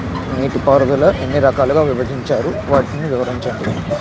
నీటిపారుదల ఎన్ని రకాలుగా విభజించారు? వాటి వివరించండి?